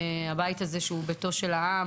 הבית הזה, שהוא ביתו של העם